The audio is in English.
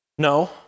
No